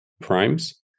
primes